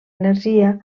energia